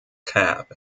cab